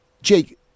Jake